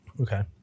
Okay